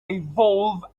evolve